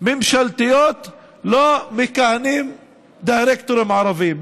ממשלתיות לא מכהנים דירקטורים ערבים.